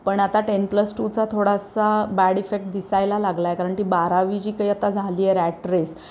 पण आता ten plus टूचा थोडासा बॅड इफेक्ट दिसायला लागलाय कारणकी बारावी जी काय आता झाली आहे रॅट रेस